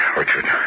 Richard